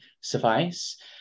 suffice